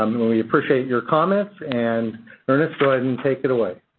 we appreciate your comments. and ernest, go ahead and take it away.